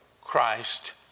Christ